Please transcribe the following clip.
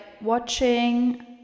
watching